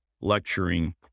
lecturing